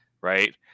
right